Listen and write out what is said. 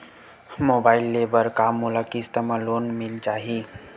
Mobile ले बर का मोला किस्त मा लोन मिल जाही?